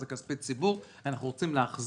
זה כספי ציבור ואנחנו רוצים להחזיר.